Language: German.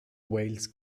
wales